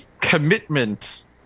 commitment